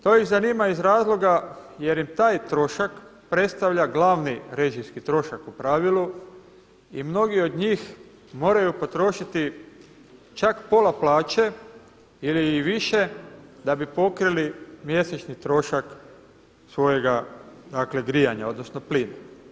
To iz zanima iz razloga jer im taj trošak predstavlja glavni režijski trošak po pravilu i mnogi od njih moraju potrošiti čak pola plaće ili i više da bi pokrili mjesečni trošak svojega dakle grijanja, odnosno plina.